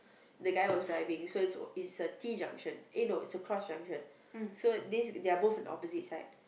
the guy was driving so it's it's a T-junction eh no it's a cross junction so this they are both on opposite side